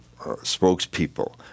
spokespeople